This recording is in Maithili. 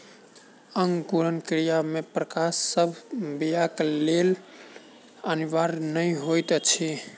अंकुरण क्रिया मे प्रकाश सभ बीयाक लेल अनिवार्य नै होइत अछि